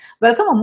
Welcome